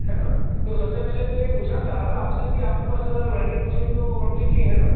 है ना तो सबसे पहले मैं ये पूछना चाह रहा था आपसे कि आपके पास वेल्डिंग मशीन तो कंम्पलीटली है ना